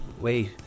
Wait